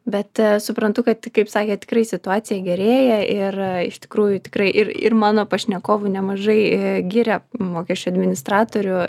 bet suprantu kad kaip sakėt tikrai situacija gerėja ir iš tikrųjų tikrai ir ir mano pašnekovų nemažai giria mokesčių administratorių